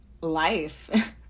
life